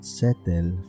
settle